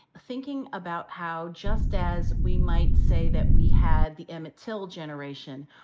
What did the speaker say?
thinking about how just as we might say that we had the emmett till generation,